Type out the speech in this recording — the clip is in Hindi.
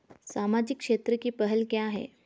सामाजिक क्षेत्र की पहल क्या हैं?